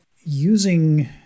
using